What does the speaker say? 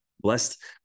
Blessed